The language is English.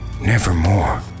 Nevermore